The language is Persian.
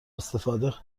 استفاده